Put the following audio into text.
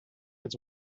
its